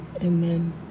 Amen